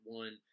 one